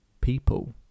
people